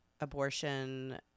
abortion